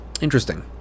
interesting